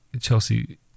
Chelsea